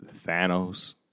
Thanos